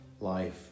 life